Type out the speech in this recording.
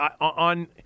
on